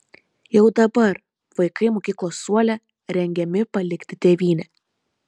jau dabar vaikai mokyklos suole rengiami palikti tėvynę